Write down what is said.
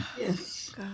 Yes